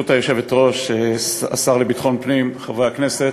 ברשות היושבת-ראש, השר לביטחון פנים, חברי הכנסת,